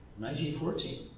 1914